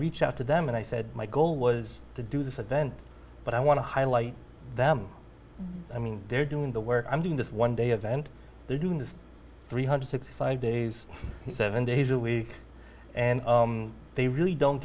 reach out to them and i said my goal was to do this event but i want to highlight them i mean they're doing the work i'm doing this one day event they're doing this three hundred and sixty five days seven days a week and they really don't